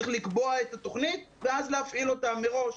צריך לקבוע את התוכנית ואז להפעיל אותה מראש.